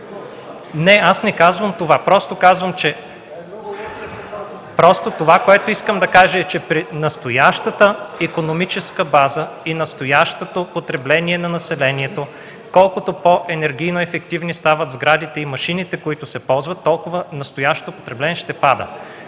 Не, аз не казвам това. Просто казвам, че при настоящата икономическа база и настоящото потребление на населението колкото по-енергийно ефективни стават сградите и машините, които се използват, толкова повече настоящото потребление ще пада.